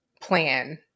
plan